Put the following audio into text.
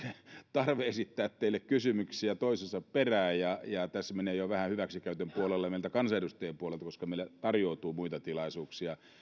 tarve esittää teille kysymyksiä toisensa perään ja ja tämä menee jo vähän hyväksikäytön puolelle meidän kansanedustajien puolelta koska meille tarjoutuu muita tilaisuuksia